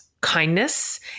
kindness